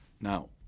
now